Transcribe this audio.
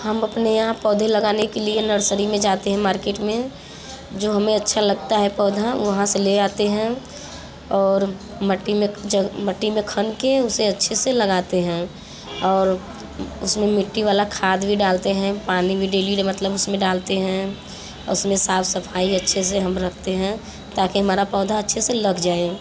हम अपने यहाँ पौधे लगाने के लिए नर्सरी में जाते हैं मार्केट में जो हमें अच्छा लगता है पौधा वहाँ से ले आते हैं और मट्टी में ज मट्टी में खन के उसे अच्छे से लगाते हैं और उसमें मिट्टी वाला खाद भी डालते हैं पानी भी डेली मतलब उसमें डालते हैं उसमें साफ़ सफ़ाई अच्छे से हम रखते हैं ताकि हमारा पौधा अच्छे से लग जाए